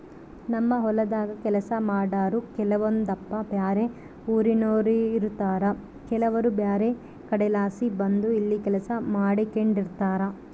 ನಮ್ಮ ಹೊಲದಾಗ ಕೆಲಸ ಮಾಡಾರು ಕೆಲವೊಂದಪ್ಪ ಬ್ಯಾರೆ ಊರಿನೋರಾಗಿರುತಾರ ಕೆಲವರು ಬ್ಯಾರೆ ಕಡೆಲಾಸಿ ಬಂದು ಇಲ್ಲಿ ಕೆಲಸ ಮಾಡಿಕೆಂಡಿರ್ತಾರ